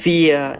Fear